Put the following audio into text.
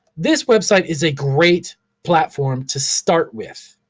this website is a great platform to start with,